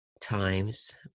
times